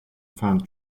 found